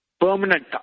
permanent